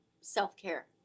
self-care